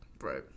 right